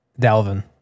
Dalvin